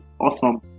awesome